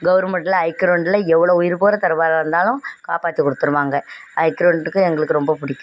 கவர்மெண்ட்டில் ஐக்ரென்ட்டில் எவ்வளோ உயிர் போகிற தருவாயில் இருந்தாலும் காப்பாற்றி கொடுத்துருவாங்க ஐக்ரென்ட்டுக்கு எங்களுக்கு ரொம்ப பிடிக்கும்